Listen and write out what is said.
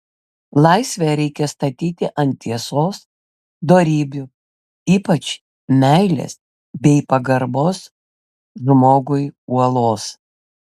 laisvę reikia statyti ant tiesos dorybių ypač meilės bei pagarbos žmogui uolos